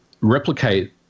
replicate